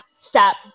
stop